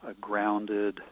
grounded